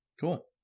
Cool